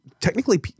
technically